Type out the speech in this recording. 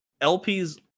LPs